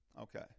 Okay